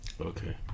okay